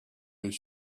his